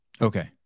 Okay